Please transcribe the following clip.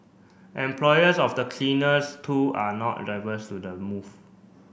employers of the cleaners too are not adverse to the move